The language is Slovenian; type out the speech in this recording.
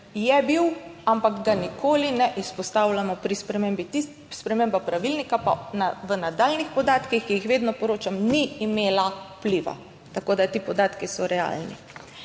je bil, ampak ga nikoli ne izpostavljamo pri spremembi. Sprememba pravilnika pa v nadaljnjih podatkih, ki jih vedno poročam, ni imela vpliva, tako da ti podatki so realni.